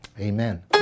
amen